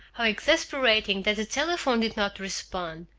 how exasperating that the telephone did not respond!